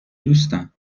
دوستان